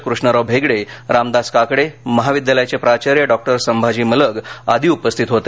कृष्णराव भेगडे रामदास काकडे महाविदयालयाचे प्राचार्य डॉक्टर संभाजी मलघे आदी उपस्थित होते